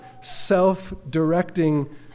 self-directing